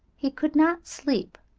he could not sleep.